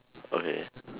okay